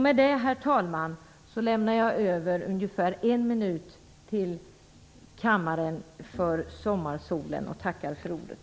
Med det, herr talman, lämnar jag över ungefär en minut till kammaren för sommarsolen och tackar för ordet.